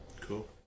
cool